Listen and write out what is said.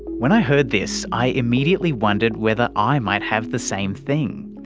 when i heard this, i immediately wondered whether i might have the same thing.